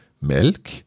Melk